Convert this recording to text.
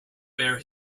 bare